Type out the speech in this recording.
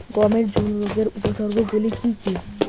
গমের ঝুল রোগের উপসর্গগুলি কী কী?